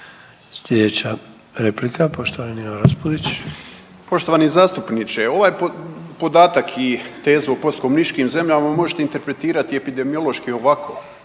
**Raspudić, Nino (Nezavisni)** Poštovani zastupniče ovaj podatak i tezu o postkomunističkim zemljama možete interpretirati epidemiološki ovako.